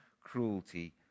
cruelty